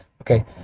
Okay